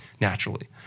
naturally